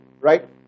right